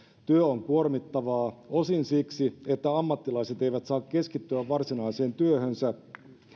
työ on kuormittavaa osin siksi että ammattilaiset eivät saa keskittyä varsinaiseen työhönsä